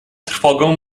trwogą